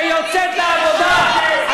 שיוצאת לעבודה.